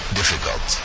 difficult